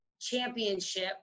championship